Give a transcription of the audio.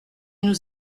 nous